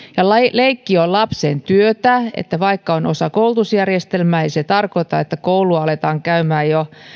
leikki on lapsen työtä joten vaikka se on osa koulutusjärjestelmää ei se tarkoita että koulua aletaan käymään jo